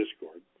discord